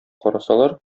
карасалар